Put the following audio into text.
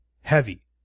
heavy